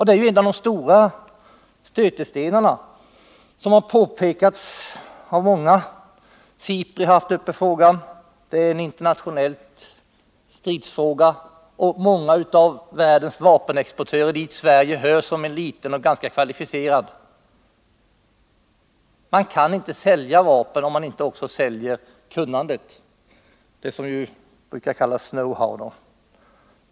Detta är en av de stora stötestenarna, vilket också har påpekats av många. SIPRI har haft frågan uppe. Det är en internationell stridsfråga, och många av världens vapenexportörer har diskuterat frågan. Sverige hör till dem — en liten och ganska kvalificerad exportör. Man kan inte sälja vapen om man inte också säljer kunnandet — det som med ett fint ord brukar kallas know-how.